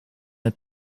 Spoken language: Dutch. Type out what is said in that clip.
het